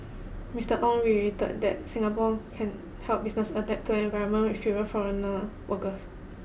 Mister Ong reiterated that Singapore can help businesses adapt to an environment with fewer foreigner workers